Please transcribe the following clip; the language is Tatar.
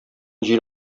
җил